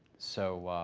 so,